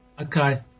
Okay